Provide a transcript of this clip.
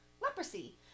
leprosy